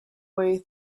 way